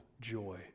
joy